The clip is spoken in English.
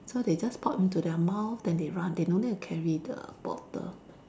so they just pop into their mouth then they run they no need to carry the bottle